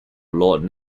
lord